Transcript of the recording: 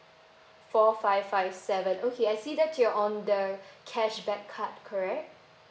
four five five seven okay I see that you're on the cashback card correct